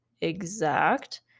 exact